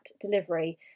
delivery